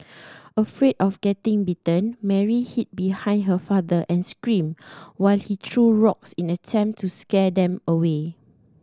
afraid of getting bitten Mary hid behind her father and screamed while he threw rocks in an attempt to scare them away